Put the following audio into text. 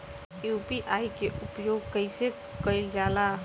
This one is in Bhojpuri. यू.पी.आई के उपयोग कइसे कइल जाला?